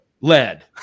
lead